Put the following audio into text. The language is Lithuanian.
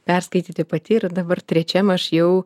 perskaityti pati ir dabar trečiam aš jau